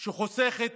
שהיא חוסכת